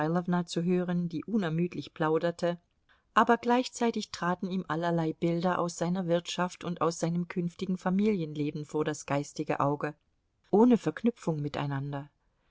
zu hören die unermüdlich plauderte aber gleichzeitig traten ihm allerlei bilder aus seiner wirtschaft und aus seinem künftigen familienleben vor das geistige auge ohne verknüpfung miteinander